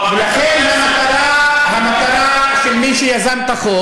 ולכן, המטרה, בפרלמנט, המטרה של מי שיזם את החוק